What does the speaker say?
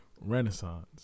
Renaissance